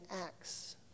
acts